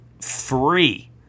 free